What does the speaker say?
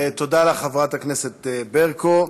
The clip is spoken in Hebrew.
תודה לך, חברת הכנסת ברקו.